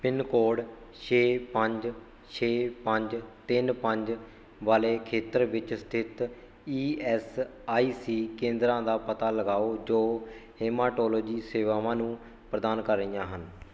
pin code ਛੇ ਪੰਜ ਛੇ ਪੰਜ ਤਿੰਨ ਪੰਜ ਵਾਲੇ ਖੇਤਰ ਵਿੱਚ ਸਥਿਤ ਈ ਐੱਸ ਆਈ ਸੀ ਕੇਂਦਰਾਂ ਦਾ ਪਤਾ ਲਗਾਓ ਜੋ ਹੇਮਾਟੋਲੋਜੀ ਸੇਵਾਵਾਂ ਨੂੰ ਪ੍ਰਦਾਨ ਕਰ ਰਹੀਆਂ ਹਨ